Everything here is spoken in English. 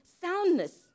soundness